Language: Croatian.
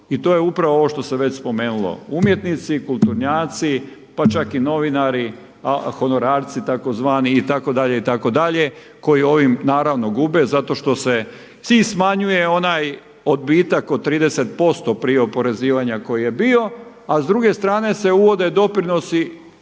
I to je upravo ovo što se spomenulo, umjetnici, kulturnjaci pa čak i novinari a honorarci tzv. itd., itd., koji ovim naravno gube zato što se …/Govornik se ne razumije./… smanjuje onaj odbitak od 30% prije oporezivanja koji je bio a s druge strane se uvode doprinosi,